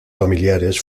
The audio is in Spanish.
familiares